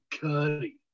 Cuddy